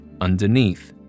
underneath